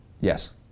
Yes